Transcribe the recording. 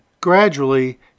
gradually